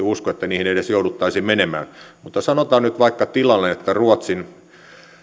usko että niihin edes jouduttaisiin menemään mutta sanotaan nyt vaikka tilanne että ruotsin